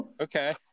Okay